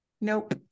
Nope